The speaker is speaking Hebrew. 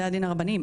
בתי הדין הרבניים,